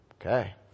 Okay